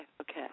Okay